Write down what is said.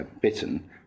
bitten